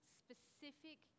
specific